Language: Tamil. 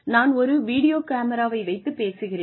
நான் ஒரு வீடியோ கேமராவை வைத்துப் பேசுகிறேன்